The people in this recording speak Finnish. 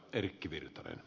arvoisa puhemies